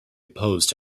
opposed